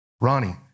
Ronnie